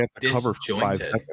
disjointed